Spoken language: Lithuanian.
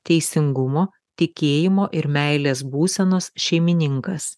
teisingumo tikėjimo ir meilės būsenos šeimininkas